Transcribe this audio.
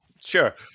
Sure